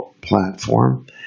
platform